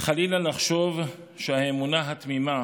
חלילה לחשוב שהאמונה התמימה